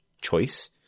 choice